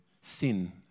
sin